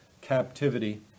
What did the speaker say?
captivity